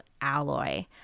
alloy